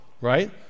right